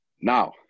Now